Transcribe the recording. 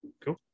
Cool